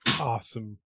Awesome